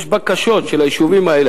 יש בקשות של היישובים האלה,